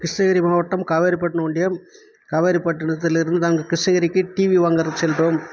கிருஷ்ணகிரி மாவட்டம் காவேரிப்பட்டிணம் ஒன்றியம் காவேரிப்பட்டிணதிலிருந்து நாங்கள் கிருஷ்ணகிரிக்கு டிவி வாங்கிறதுக்கு சென்றோம்